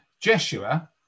Jeshua